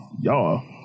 y'all